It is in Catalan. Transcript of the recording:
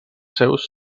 seus